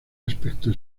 aspecto